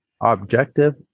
Objective